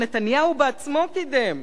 שנתניהו בעצמו קידם,